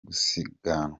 gusiganwa